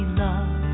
love